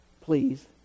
please